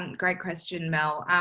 great question, mel.